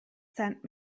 sent